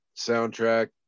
soundtrack